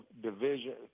division